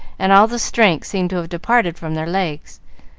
and all the strength seemed to have departed from their legs,